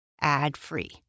ad-free